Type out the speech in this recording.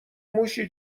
موشی